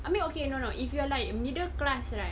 I mean okay no no if you are like middle class right